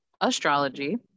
astrology